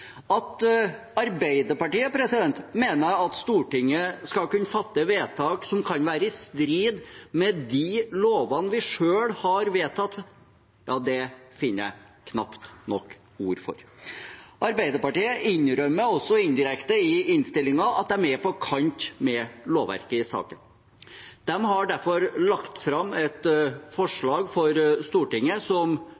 At Arbeiderpartiet mener at Stortinget skal kunne fatte vedtak som kan være i strid med de lovene vi selv har vedtatt, finner jeg knapt nok ord for. Arbeiderpartiet innrømmer også indirekte i innstillingen at de er på kant med lovverket i saken. De har derfor lagt fram et